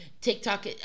TikTok